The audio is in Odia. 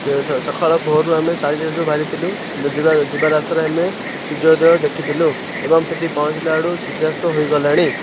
ସେ ସକାଳ ଭୋରୁ ଆମେ ଚାରିଟାରୁ ବାହାରିଥିଲୁ ଯିବା ଯିବା ରାସ୍ତାରେ ଆମେ ସୂର୍ଯ୍ୟୋଦୟ ଦେଖିଥିଲୁ ଏବଂ ସେଠି ପହଞ୍ଚିଲା ବେଳକୁ ସୂର୍ଯ୍ୟାସ୍ତ ହୋଇଗଲାଣି